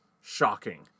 shocking